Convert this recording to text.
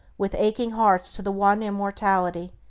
with aching hearts to the one immortality,